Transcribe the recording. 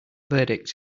verdict